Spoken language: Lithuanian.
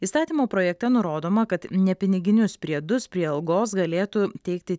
įstatymo projekte nurodoma kad nepiniginius priedus prie algos galėtų teikti